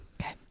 okay